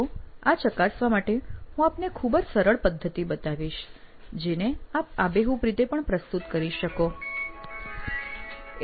તો આ ચકાસવા માટે હું આપને ખૂબ જ સરળ પદ્ધતિ બતાવીશ જેને આપ આબેહૂબ રીતે પ્રસ્તુત પણ કરી શકો છો